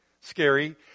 scary